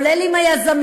כולל עם היזמים,